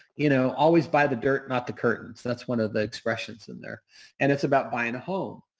you know always buy the dirt, not the curtains. that's one of the expressions in there and it's about buying a home.